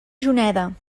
juneda